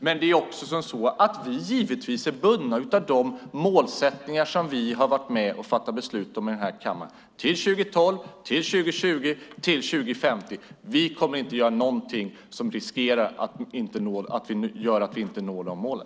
Men givetvis är vi bundna av de mål som vi varit med och fattat beslut om här i kammaren - till 2012, till 2020 och till 2050. Vi kommer inte att göra någonting som gör att vi inte når de målen.